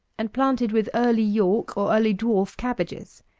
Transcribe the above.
and planted with early york, or early dwarf cabbages,